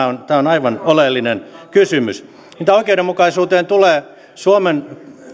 on tämä on aivan oleellinen kysymys mitä oikeudenmukaisuuteen tulee suomen